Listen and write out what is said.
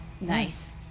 Nice